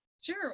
Sure